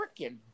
freaking